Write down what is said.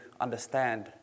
understand